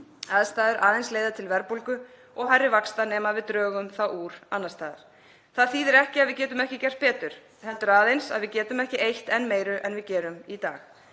aðstæður aðeins leiða til verðbólgu og hærri vaxta nema við drögum þá úr annars staðar. Það þýðir ekki að við getum ekki gert betur, heldur aðeins að við getum ekki eytt enn meiru en við gerum í dag.